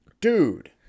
Dude